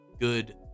good